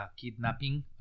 kidnapping